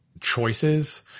choices